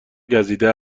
گزیده